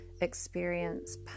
experience